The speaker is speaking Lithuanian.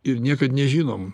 ir niekad nežinom